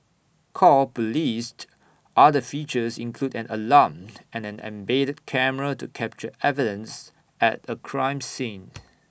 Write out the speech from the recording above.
call police's other features include an alarm and an embedded camera to capture evidence at A crime scene